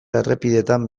errepideetan